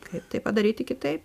kaip tai padaryti kitaip